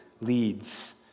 leads